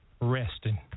resting